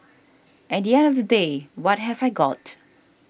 at the end of the day what have I got